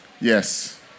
Yes